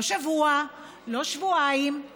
לא שבוע, לא שבועיים שנה.